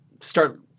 start